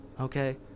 okay